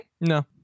No